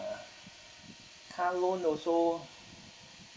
car loan also